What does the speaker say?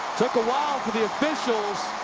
took a while for the officials